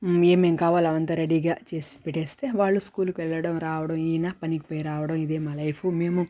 ఏమేం కావాలో అవంతా రెడీగా చేసి పెట్టేస్తే వాళ్ళు స్కూల్కి వెళ్ళడం రావడం ఈయన పనికి పోయి రావడం ఇదే మా లైఫు మేము